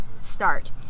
start